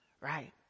Right